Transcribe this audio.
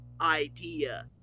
idea